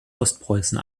ostpreußen